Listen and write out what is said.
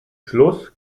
schluss